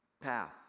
path